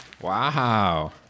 wow